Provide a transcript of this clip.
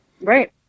right